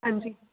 ਹਾਂਜੀ